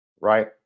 Right